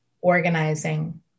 Organizing